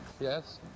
yes